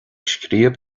scríobh